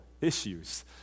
issues